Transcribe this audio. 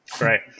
Right